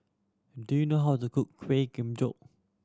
do you know how to cook Kueh Kemboja